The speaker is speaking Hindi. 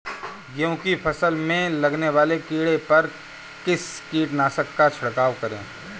गेहूँ की फसल में लगने वाले कीड़े पर किस कीटनाशक का छिड़काव करें?